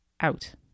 out